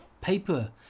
paper